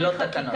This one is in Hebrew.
ולא תקנות.